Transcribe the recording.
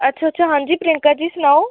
अच्छा अच्छा हांजी प्रियंका जी सनाओ